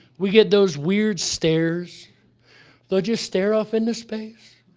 we get those weird stares they'll just stare off into space,